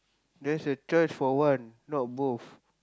there's a choice for one not both